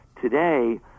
Today